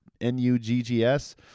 N-U-G-G-S